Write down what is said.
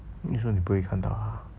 你 sure 你不会看到他